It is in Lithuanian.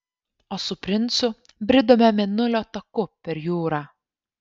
o su princu bridome mėnulio taku per jūrą